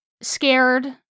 scared